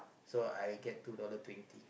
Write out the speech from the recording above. so I get two dollar twenty